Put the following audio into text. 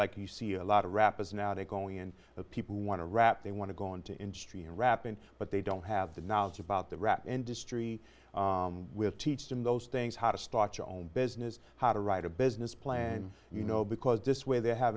like you see a lot of rap is now to go in that people want to rap they want to go into in street and rap and but they don't have the knowledge about the rap industry with teach them those things how to start your own business how to write a business plan you know because this way they have